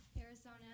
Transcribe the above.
Arizona